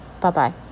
Bye-bye